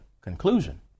conclusion